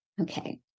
Okay